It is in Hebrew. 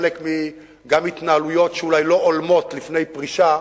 גם חלק מהתנהלויות שלא הולמות לפני פרישה,